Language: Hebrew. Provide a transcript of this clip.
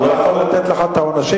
הוא לא יכול לתת לך את העונשים,